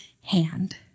hand